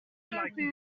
waiting